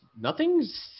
nothing's